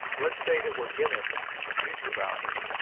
let's say that we're given a future value,